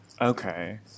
Okay